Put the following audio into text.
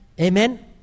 Amen